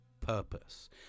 purpose